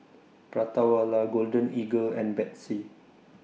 Prata Wala Golden Eagle and Betsy